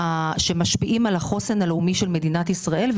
שהשפיעו על החוסן הלאומי של מדינת ישראל.